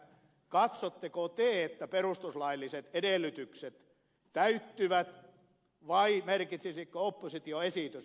katsotteko te että perustuslailliset edellytykset täyttyvät vai merkitsisikö opposition esitys perustuslain rikkomista